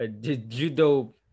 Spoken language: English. judo